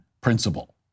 principle